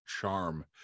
charm